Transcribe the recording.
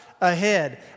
Ahead